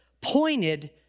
pointed